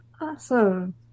Awesome